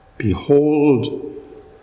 Behold